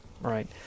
right